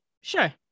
Sure